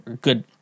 good